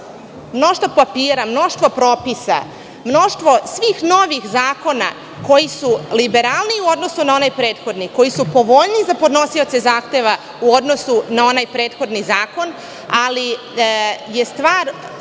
mnoštvo papira, mnoštvo propisa, mnoštvo svih novih zakona koji su liberalniji u odnosu na onaj prethodni, koji su povoljniji za podnosioce zahteva u odnosu na onaj prethodni zakon, ali je stvar